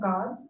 God